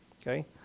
Okay